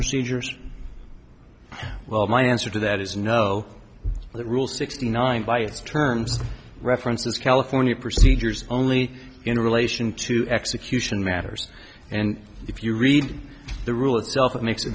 procedures well my answer to that is no that rule sixty nine by its terms references california procedures only in relation to execution matters and if you read the rule itself it makes it